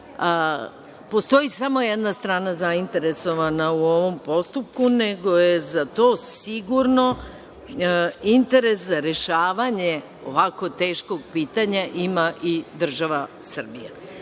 postoji samo jedna strana zainteresovana u ovom postupku, nego je za to sigurno, interes za rešavanje ovako teškog pitanja ima i država Srbija. Ovi